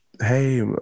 hey